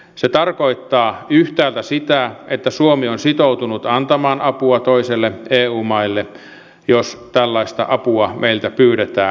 se tarkoittaa yhtäältä sitä että suomi on sitoutunut antamaan apua toisille eu maille jos tällaista apua meiltä pyydetään